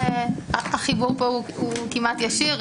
החיבור כאן הוא כמעט ישיר.